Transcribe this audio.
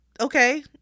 okay